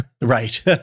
Right